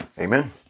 Amen